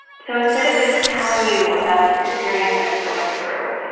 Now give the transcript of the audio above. so instead of just telling you about the experience i was going through,